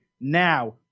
now